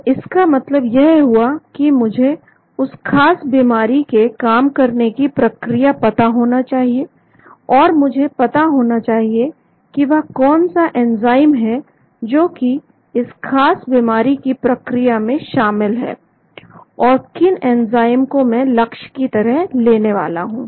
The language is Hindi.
तो इसका मतलब यह हुआ कि मुझे उस खास बीमारी के काम करने की प्रक्रिया पता होनी चाहिए और मुझे पता होना चाहिए कि वह कौन से एंजाइम हैं जो कि इस खास बीमारी की प्रक्रिया में शामिल है और किन एंजाइम को मैं लक्ष्य की तरह लेने वाला हूं